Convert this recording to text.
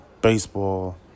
Baseball